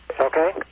Okay